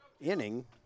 inning